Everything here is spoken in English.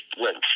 went